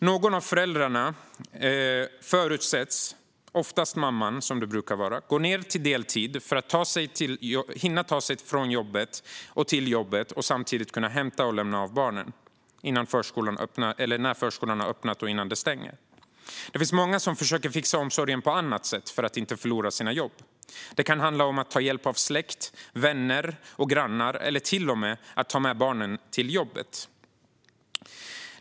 Någon av föräldrarna, oftast mamman, förutsätts gå ned till deltid för att hinna ta sig till och från jobbet och lämna och hämta barnen när förskolan har öppnat och innan den stänger. Det finns många som försöker fixa omsorgen på annat sätt för att inte förlora jobbet. Det kan handla om att ta hjälp av släkt, vänner och grannar eller till och med att ta med barnen till jobbet.